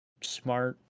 smart